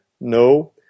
No